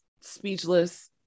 Speechless